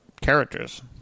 Characters